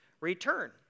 return